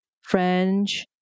French